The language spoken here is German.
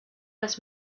das